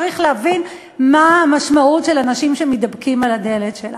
צריך להבין מה המשמעות של אנשים שמידפקים על הדלת שלנו?